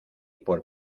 por